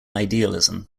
idealism